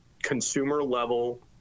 consumer-level